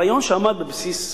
הרעיון שעמד בבסיס החוק,